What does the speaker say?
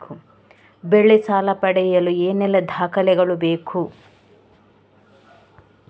ಬೆಳೆ ಸಾಲ ಪಡೆಯಲು ಏನೆಲ್ಲಾ ದಾಖಲೆಗಳು ಬೇಕು?